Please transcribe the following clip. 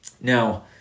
Now